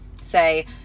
say